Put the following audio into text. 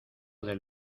del